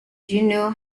juneau